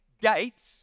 gates